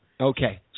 Okay